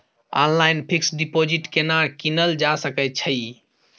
Online fix deposit केना कीनल जा सकै छी?